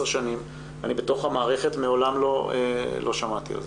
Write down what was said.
שנים הוא בתוך המערכת ומעולם לא שמע על כך.